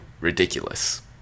ridiculous